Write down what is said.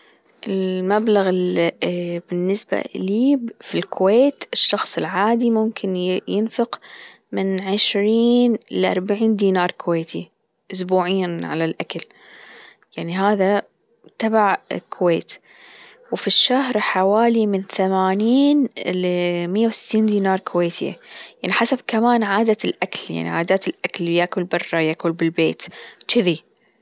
ااالمبلغ اا بالنسبة لي في الكويت الشخص العادي ممكن ينفق من عشرين لأربعين دينار كويتي أسبوعيا على الأكل يعني هذا تبع الكويت وفي الشهر حوالي من ثمانين لمية وستين دينار كويتي يعني حسب كمان عادة الأكل يعني عادات الأكل يأكل برا يأكل بالبيت تشذي